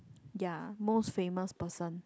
ya most famous person